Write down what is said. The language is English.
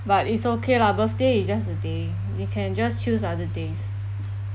but it's okay lah birthday is just a day you can just choose other days